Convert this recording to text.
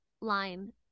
line